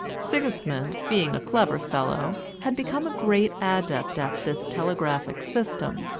sigismund, being a clever fellow, had become a great adept at this telegraphic system,